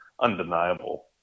undeniable